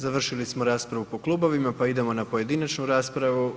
Završili smo raspravu po klubovima pa idemo na pojedinačnu raspravu.